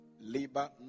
Labor